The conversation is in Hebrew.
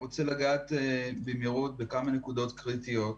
אני רוצה לגעת במהירות בכמה נקודות קריטיות.